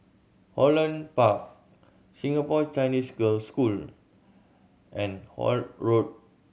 Holland Park Singapore Chinese Girls' School and Holt Road